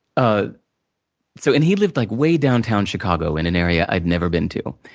ah so, and he lived like way downtown chicago, in an area i've never been to.